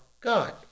God